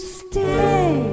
stay